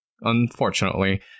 Unfortunately